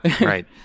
right